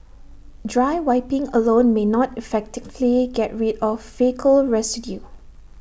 dry wiping alone may not effectively get rid of faecal residue